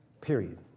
period